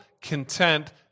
content